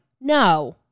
No